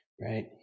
right